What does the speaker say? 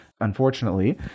Unfortunately